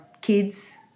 kids